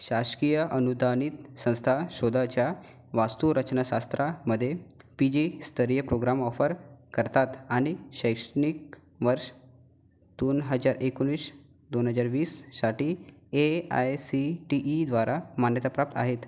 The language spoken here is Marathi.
शासकीय अनुदानित संस्था शोधाच्या वास्तुरचनाशास्त्रामध्ये पी जी स्तरीय प्रोग्राम ऑफर करतात आणि शैक्षणिक वर्ष दोन हजार एकोणवीस दोन हजार वीससाठी A I C T E द्वारा मान्यताप्राप्त आहेत